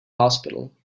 hospital